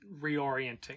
reorienting